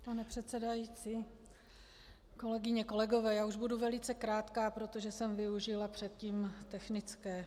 Pane předsedající, kolegyně, kolegové, už budu velice krátká, protože jsem využila předtím technické.